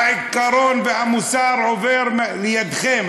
העיקרון והמוסר עוברים לידכם.